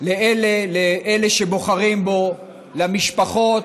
לאלה שבוחרים בו, למשפחות,